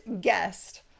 guest